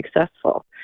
successful